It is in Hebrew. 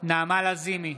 נעמה לזימי,